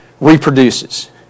reproduces